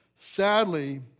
Sadly